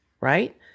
right